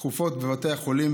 תכופות בבתי החולים,